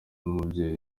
n’umubyeyi